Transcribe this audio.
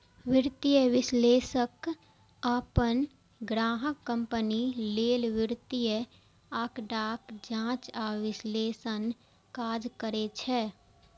वित्तीय विश्लेषक अपन ग्राहक कंपनी लेल वित्तीय आंकड़ाक जांच आ विश्लेषणक काज करै छै